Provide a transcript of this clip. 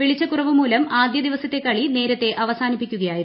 വെളിച്ചക്കുറവ് മൂലം ആദ്യ ദിവസത്തെ കളി നേരത്തെ അവസാനിപ്പിക്കുകയായിരുന്നു